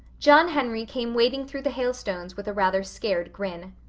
john henry came wading through the hailstones with a rather scared grin.